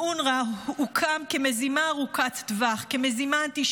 על המחבלים במדי רופא ובמדי אנשי